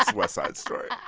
west west side story. yeah